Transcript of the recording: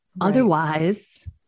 Otherwise